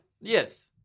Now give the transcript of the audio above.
Yes